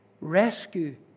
rescue